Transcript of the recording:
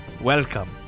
Welcome